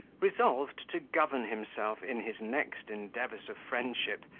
resolved to govern himself in his next endeavours of friendship,